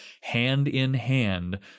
hand-in-hand